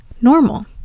Normal